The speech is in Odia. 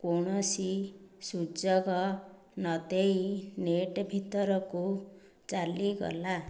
କୌଣସି ସୁଯୋଗ ନଦେଇ ନେଟ୍ ଭିତରକୁ ଚାଲିଗଲା